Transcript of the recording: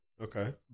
Okay